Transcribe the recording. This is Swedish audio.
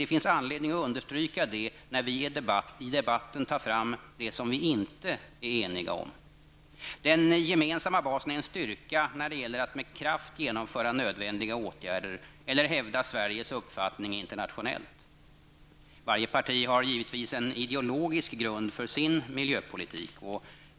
Det finns anledning att understryka det när vi i debatten tar fram det som vi inte är eninga om. Den gemensamma basen är en styrka när det gäller att med kraft genomföra nödvändiga åtgärder eller hävda Sveriges uppfattning internationellt. Varje parti har givetvis en ideologisk grund för sin miljöpolitik.